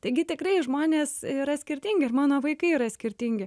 taigi tikrai žmonės yra skirtingi ir mano vaikai yra skirtingi